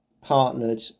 partnered